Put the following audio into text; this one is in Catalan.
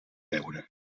beure